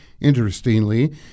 Interestingly